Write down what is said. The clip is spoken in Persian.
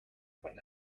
کند